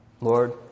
Lord